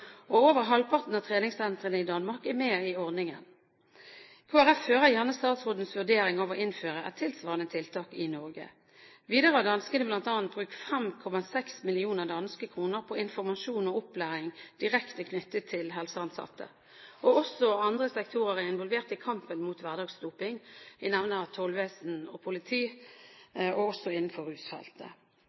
og over halvparten av treningssentrene i Danmark er med i ordningen. Kristelig Folkeparti hører gjerne statsrådens vurdering av å innføre et tilsvarende tiltak i Norge. Videre har danskene bl.a. brukt 5,6 mill. danske kroner på informasjon og opplæring direkte knyttet til helseansatte. Også andre sektorer er involvert i kampen mot hverdagsdoping – jeg nevner tollvesen og politi – og også